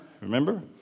Remember